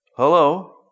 hello